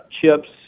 chips